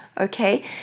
Okay